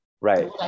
Right